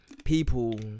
People